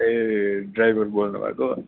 ए driver बोल्नु भएको